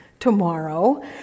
tomorrow